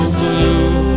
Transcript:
blue